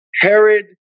Herod